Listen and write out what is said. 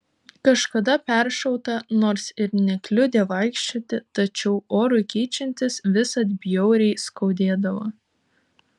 kažkada peršauta nors ir nekliudė vaikščioti tačiau orui keičiantis visad bjauriai skaudėdavo